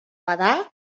bada